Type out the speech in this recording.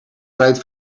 rijdt